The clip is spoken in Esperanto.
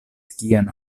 kian